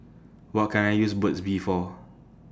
What Can I use Burt's Bee For